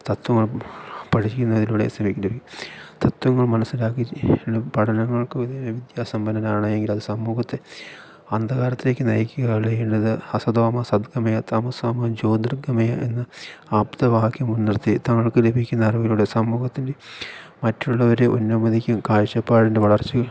തത്വങ്ങൾ പഠിപ്പിക്കുന്നതിലൂടെ ശ്രമിക്കേണ്ടത് തത്വങ്ങൾ മനസ്സിലാക്കി പഠനങ്ങൾക്ക് വിധേയമായ വിദ്യാസമ്പന്നനാണെങ്കിൽ അത് സമൂഹത്തെ അന്ധകാരത്തിലേക്ക് നയിക്കുകയല്ല ചെയ്യേണ്ടത് അസതോ മാ സദ്ഗമയ തമസോമാ ജ്യോതിർഗമയ എന്ന ആപ്തവാക്യം മുന്നിർത്തി തങ്ങൾക്ക് ലഭിക്കുന്ന അറിവിലൂടെ സമൂഹത്തിലെ മറ്റുള്ളവരുടെ ഉന്നതിക്കും കാഴ്ചപ്പാടിൻ്റെ വളർച്ചയ്ക്കും